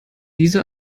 diese